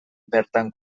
bertan